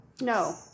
no